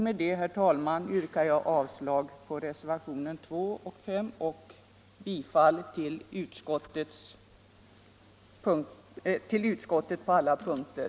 Med detta, herr talman, yrkar jag bifall till utskottets hemställan på alla punkter, vilket innebär avslag på reservationerna 1, 2 och 5.